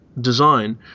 design